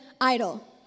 Idol